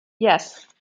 yes